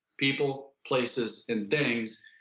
people, places, and things,